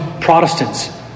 Protestants